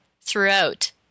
throughout